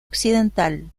occidental